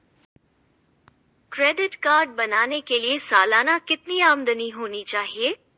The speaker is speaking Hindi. क्रेडिट कार्ड बनाने के लिए सालाना कितनी आमदनी होनी चाहिए?